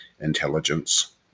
intelligence